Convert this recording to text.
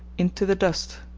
into the dust.